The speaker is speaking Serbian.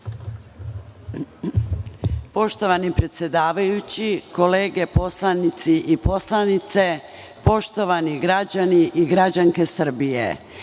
Poštovani predsedavajući, kolege poslanici i poslanice, poštovani građani i građanske Srbije,